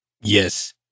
yes